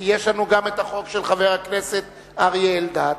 כי יש לנו גם את החוק של חבר הכנסת אריה אלדד.